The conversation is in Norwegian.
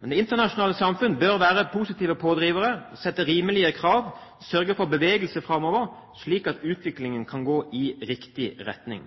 Men det internasjonale samfunn bør være positive pådrivere, sette rimelige krav og sørge for bevegelse framover, slik at utviklingen kan gå i riktig retning.